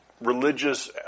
religious